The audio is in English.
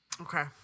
Okay